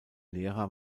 lehrer